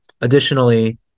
additionally